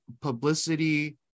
publicity